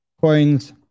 coins